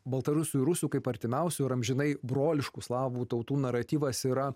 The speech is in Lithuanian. baltarusių ir rusų kaip artimiausių ir amžinai broliškų slavų tautų naratyvas yra